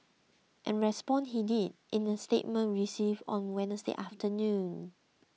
and respond he did in a statement we received on Wednesday afternoon